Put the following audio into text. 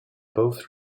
both